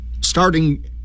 starting